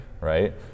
right